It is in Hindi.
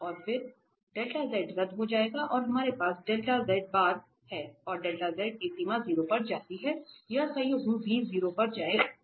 तो फिर रद्द हो जाएगा और हमारे पास है और की सीमा 0 पर जाती है यह संयुग्म भी 0 पर जाएगा